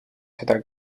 seda